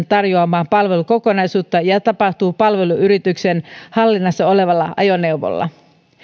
tarjoamaa palvelukokonaisuutta ja tapahtuu palveluyrityksen hallinnassa olevalla ajoneuvolla